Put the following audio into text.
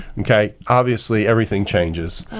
okay. obviously, everything changes.